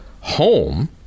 home